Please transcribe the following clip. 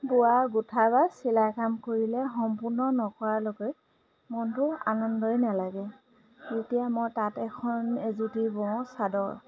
বোৱা গোঁঠা বা চিলাই কাম কৰিলে সম্পূৰ্ণ নকৰালৈকে মনটো আনন্দই নেলাগে যেতিয়া মই তাঁত এখন এজুতি বওঁ চাদৰ